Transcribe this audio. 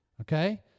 Okay